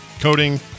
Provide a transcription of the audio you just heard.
Coding